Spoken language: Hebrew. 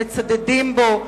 מצדדים בו,